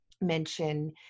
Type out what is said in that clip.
mention